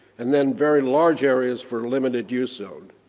and then very large areas for limited use zone.